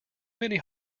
many